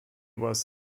was